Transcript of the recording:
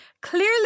clearly